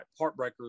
Heartbreakers